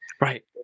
right